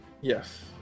Yes